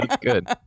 Good